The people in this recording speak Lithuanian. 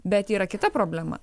bet yra kita problema